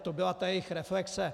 To byla ta jejich reflexe.